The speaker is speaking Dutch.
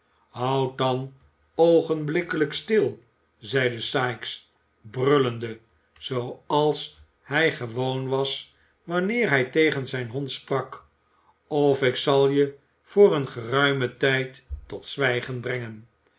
houd je dan oogenblikkelijk stil zeide sikes brullende zooals hij gewoon was wanneer hij tegen zijn hond sprak of ik zal je voor een geruimen tijd tot zwijgen brengen